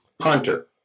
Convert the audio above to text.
Hunter